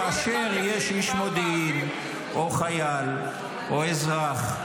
כאשר יש איש מודיעין או חייל או אזרח,